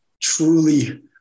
truly